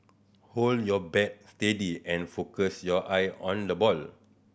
hold your bat steady and focus your eye on the ball